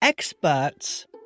experts